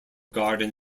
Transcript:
garden